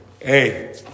Hey